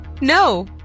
No